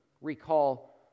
recall